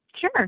Sure